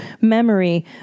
memory